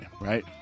right